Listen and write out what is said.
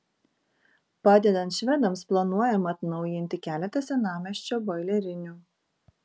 padedant švedams planuojama atnaujinti keletą senamiesčio boilerinių